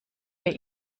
wir